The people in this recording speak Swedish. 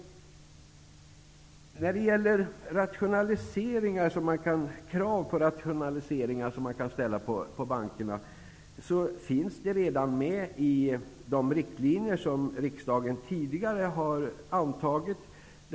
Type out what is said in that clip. När det gäller de krav på rationaliseringar som man kan ställa på bankerna, finns det redan med i de riktlinjer som riksdagen tidigare har antagit.